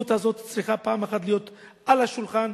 הצביעות הזאת צריכה פעם אחת להיות על השולחן,